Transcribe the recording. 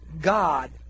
God